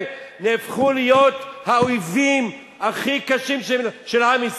נהפכו להיות האויבים הכי קשים של עם ישראל?